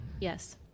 Yes